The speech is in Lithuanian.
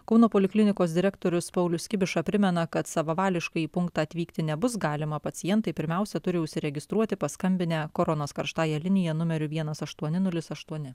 kauno poliklinikos direktorius paulius kibiša primena kad savavališkai į punktą atvykti nebus galima pacientai pirmiausia turi užsiregistruoti paskambinę koronos karštąja linija numeriu vienas aštuoni nulis aštuoni